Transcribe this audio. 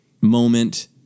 moment